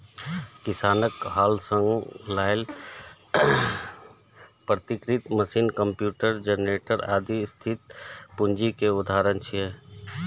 किसानक हल सं लए के परिष्कृत मशीन, कंप्यूटर, जेनरेटर, आदि स्थिर पूंजी के उदाहरण छियै